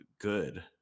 good